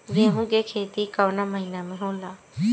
गेहूँ के खेती कवना महीना में होला?